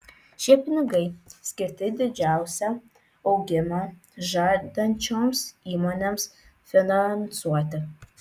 šie pinigai skirti didžiausią augimą žadančioms įmonėms finansuoti